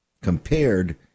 compared